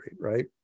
right